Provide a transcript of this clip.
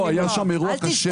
לא, היה שם אירוע קשה.